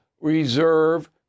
reserve